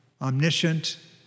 omniscient